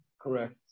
Correct